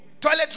toilet